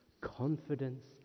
Confidence